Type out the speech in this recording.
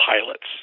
pilots